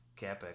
capex